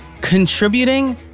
contributing